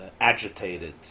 agitated